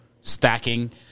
stacking